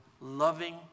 loving